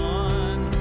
one